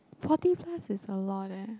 forty plus is a lot eh